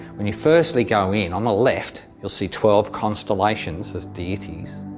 when you firstly go in, on a left, you'll see twelve constellations as deities,